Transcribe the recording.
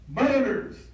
murders